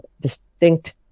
distinct